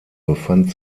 befand